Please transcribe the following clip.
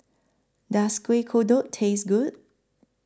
Does Kueh Kodok Taste Good